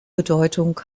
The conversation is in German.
bedeutung